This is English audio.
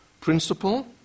principle